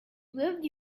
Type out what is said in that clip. lived